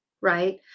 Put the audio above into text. right